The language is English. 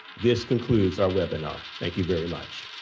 this concludes our webinar. thank you very much.